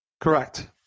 Correct